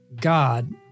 God